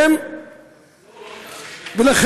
וזה,